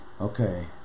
Okay